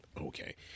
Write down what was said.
Okay